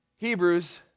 Hebrews